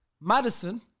Madison